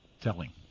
telling